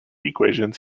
equations